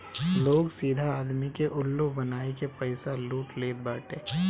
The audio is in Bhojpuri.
लोग सीधा आदमी के उल्लू बनाई के पईसा लूट लेत बाटे